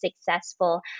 successful